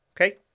okay